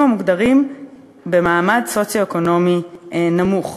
המוגדרים במעמד סוציו-אקונומי נמוך.